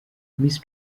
miss